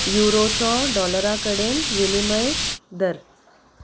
युरोचो डॉलरा कडेन विनिमय दर